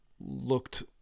looked